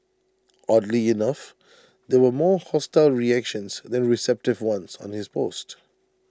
oddly enough there were more hostile reactions than receptive ones on his post